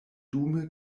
dume